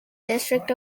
district